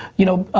you know,